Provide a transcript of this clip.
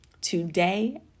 today